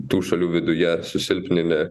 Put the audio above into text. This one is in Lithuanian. tų šalių viduje susilpnini